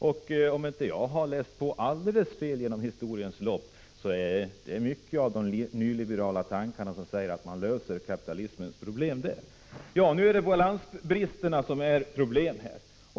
Och om jag inte har läst på alldeles fel om historiens lopp, så är det mycket i de nyliberala tankarna som innebär att man löser kapitalismens problem på det sättet. Nu är det balansbristerna som är ett problem.